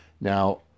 Now